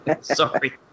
Sorry